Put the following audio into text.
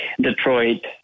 Detroit